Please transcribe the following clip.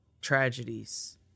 tragedies